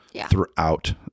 throughout